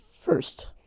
first